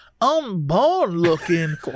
unborn-looking